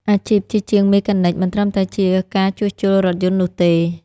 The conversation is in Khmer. អាជីពជាជាងមេកានិកមិនត្រឹមតែជាការជួសជុលរថយន្តនោះទេ។